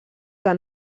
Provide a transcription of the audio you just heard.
que